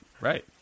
right